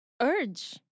Urge